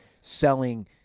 selling